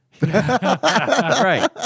right